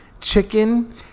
Chicken